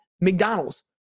McDonald's